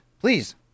Please